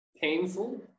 painful